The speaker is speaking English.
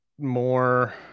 more